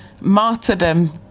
martyrdom